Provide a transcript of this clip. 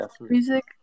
music